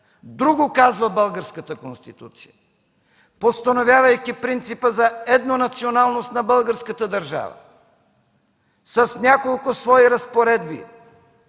Друго казва Българската конституция, постановявайки принципа за еднонационалност на българската държава с няколко свои разпоредби